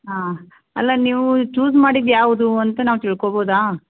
ಹಾಂ ಅಲ್ಲ ನೀವೂ ಚೂಸ್ ಮಾಡಿದ್ದು ಯಾವುದು ಅಂತ ನಾವು ತಿಳ್ಕೊಳ್ಬಹುದ